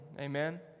Amen